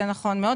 זה נכון מאוד.